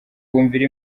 bumvira